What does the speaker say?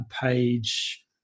page